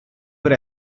per